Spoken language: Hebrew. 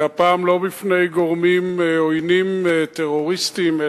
והפעם לא מפני גורמים עוינים טרוריסטיים,